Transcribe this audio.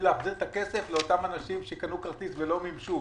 להחזיר את הכסף לאנשים שקנו כרטיס ולא מימשו,